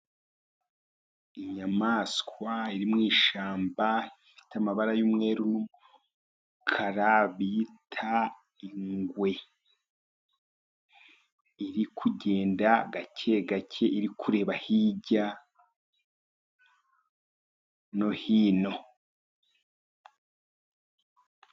Inyamaswa iri mu ishyamba ifite amabara y'umweru n'umukara bita ingwe, iriku kugenda gake gake iri kureba hirya no hino.